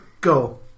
Go